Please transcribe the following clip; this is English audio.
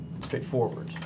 straightforward